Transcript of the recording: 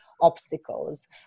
obstacles